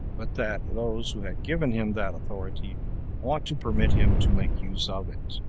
but that those who had given him that authority ought to permit him to make use of it.